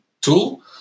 tool